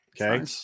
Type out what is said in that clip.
Okay